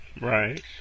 Right